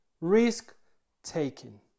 risk-taking